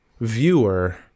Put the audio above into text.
viewer